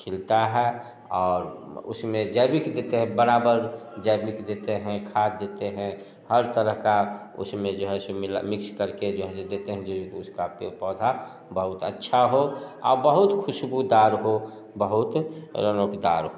खिलता है और उसमें जैविक देते हैं बराबर जैविक देते हैं खाद देते हैं हर तरह का उसमें जो है सो मिला मिक्ष कर के जो है देते हैं जो उसका पेड़ पौधा बहुत अच्छा हो और बहुत ख़ुशबूदार हो बहुत अवतार हो